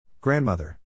Grandmother